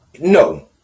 no